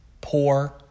poor